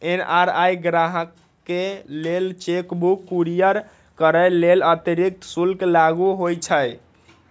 NRI गाहकके लेल cheque book courier करय लेल अतिरिक्त शुल्क लागू होइ छइ